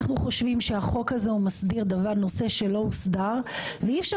אנחנו חושבים שהחוק הזה מסדיר נושא שלא הוסדר ואי אפשר